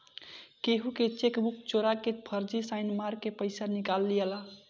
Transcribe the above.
केहू के चेकबुक चोरा के फर्जी साइन मार के पईसा निकाल लियाला